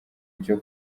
icyo